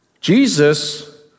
Jesus